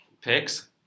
picks